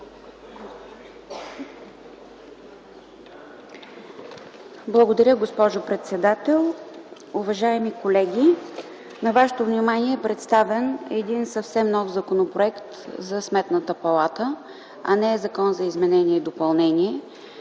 Благодаря, госпожо председател. Уважаеми колеги, на вашето внимание е представен един съвсем нов Законопроект за Сметната палата, а не закон за изменение и допълнение